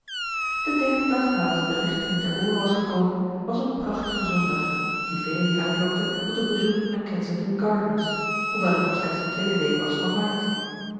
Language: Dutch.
de derde dag nadat het bericht hun ter oore was gekomen was een prachtige zondag die velen uitlokte tot een bezoek aan kensington gardens hoewel het nog slechts de tweede week was van maart